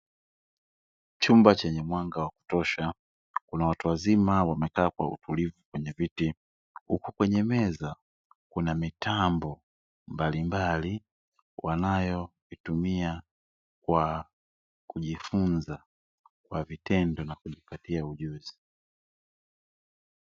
Chumba chenye mwanga wa kutosha, kuna watu wazima wamekaa kwa utulivu kwenye viti huku kwenye meza kuna mitambo mbalimbali wanayoitumia kwa kujifunza kwa vitendo na kujipatia ujuzi.